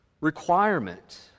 requirement